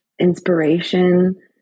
inspiration